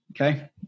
Okay